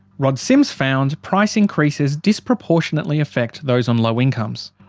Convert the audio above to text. rod sims found price increases disproportionately affect those on low incomes.